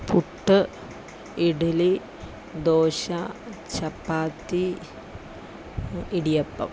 puttu idli dosa chapati idiyappam